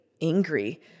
angry